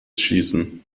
schließen